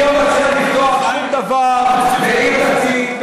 אני לא מציע לפתוח שום דבר בעיר דתית,